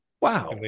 Wow